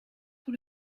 pour